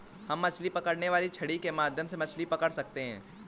हम मछली पकड़ने वाली छड़ी के माध्यम से मछली पकड़ सकते हैं